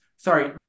Sorry